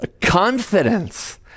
confidence